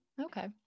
Okay